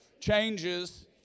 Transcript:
changes